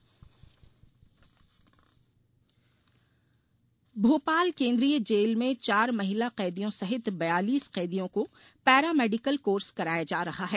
भोपाल जेल भोपाल केन्द्रीय जेल में चार महिला कैदियों सहित बयालीस कैदियों को पैरा मेडिकल कोर्स कराया जा रहा है